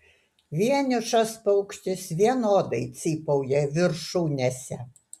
vienišas paukštis vienodai cypauja viršūnėse